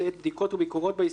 בדיקות וביקורות בהסתדרות,